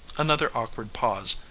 another awkward pause,